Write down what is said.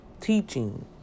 teaching